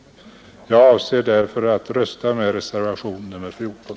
Jag avser därför att rösta för reservation nr 14.